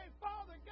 Father